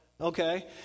okay